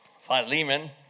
Philemon